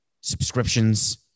subscriptions